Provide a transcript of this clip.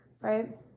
right